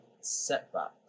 setbacks